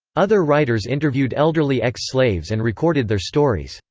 other writers interviewed elderly ex-slaves and recorded their stories.